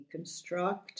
deconstruct